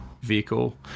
vehicle